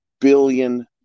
billion